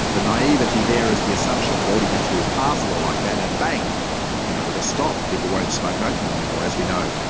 the naivety there is the assumption that all you have to do is pass a law like that and, bang, you know, it will just stop people won't smoke opium anymore. as we know,